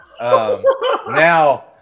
now